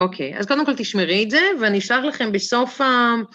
אוקיי, אז קודם כל תשמרי את זה, ואני אשלח לכם בסוף ה...